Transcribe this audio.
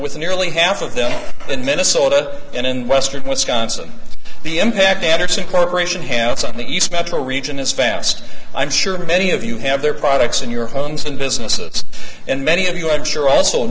with nearly half of them in minnesota and in western wisconsin the impact andersen corporation hands on the east metro region is fast i'm sure many of you have their products in your homes and businesses and many of you have sure also